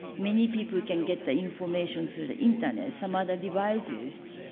many people can get the information through the internet, some other devices.